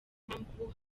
mpamvu